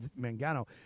Mangano